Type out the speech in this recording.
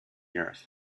earth